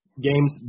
games